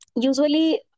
usually